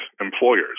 employers